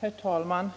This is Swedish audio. Herr talman!